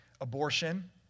abortion